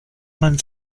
man